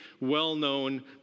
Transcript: well-known